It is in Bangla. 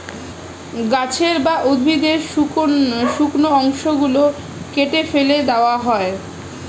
গাছের বা উদ্ভিদের শুকনো অংশ গুলো কেটে ফেটে দেওয়া হয়